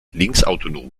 linksautonom